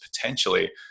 potentially